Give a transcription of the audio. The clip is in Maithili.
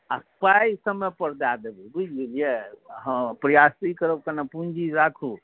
आओर पाइ समयपर दऽ देबै बुझि गेलिए हँ प्रयास ई करब कनी पूँजी राखू